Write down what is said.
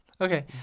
Okay